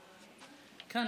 בעד.